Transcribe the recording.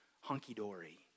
hunky-dory